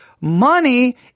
Money